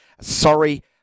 Sorry